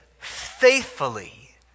faithfully